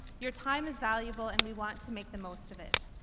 your time is valuable and we want to make the most of it.